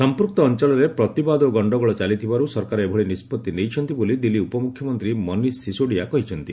ସଂପୂକ୍ତ ଅଞ୍ଚଳରେ ପ୍ରତିବାଦ ଓ ଗଣ୍ଡଗୋଳ ଚାଲିଥିବାରୁ ସରକାର ଏଭଳି ନିଷ୍କଭି ନେଇଛନ୍ତି ବୋଲି ଦିଲ୍ଲୀ ଉପମୁଖ୍ୟମନ୍ତ୍ରୀ ମନୀଷ ସିଶୋଡିଆ କହିଛନ୍ତି